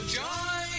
joy